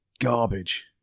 garbage